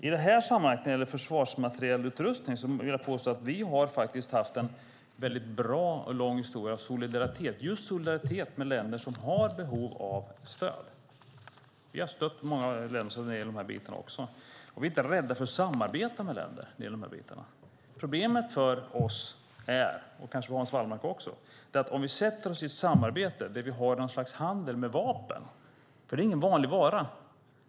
I detta sammanhang när det gäller försvarsmaterielutrustning vill jag påstå att vi faktiskt har haft en bra och lång historia av solidaritet med länder som har behov av stöd. Vi har stött många länder när det gäller dessa delar, och vi är inte rädda för att samarbeta med länder när det gäller dessa delar. Problemet för oss, och kanske även för Hans Wallmark, är om vi påbörjar ett samarbete och har något slags handel med vapen. Vapen är ingen vanlig vara.